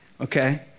okay